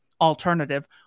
alternative